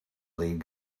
lead